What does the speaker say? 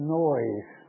noise